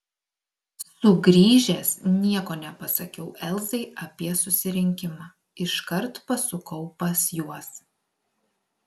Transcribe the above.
sugrįžęs nieko nepasakiau elzai apie susirinkimą iškart pasukau pas juos